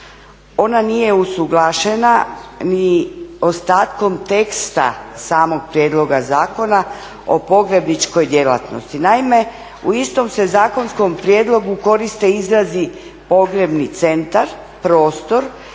Ona nije usuglašena ni ostatkom teksta samog prijedloga zakona o pogrebničkoj djelatnosti. Naime, u istom se zakonskom prijedlogu koriste izrazi pogrebni centar, prostor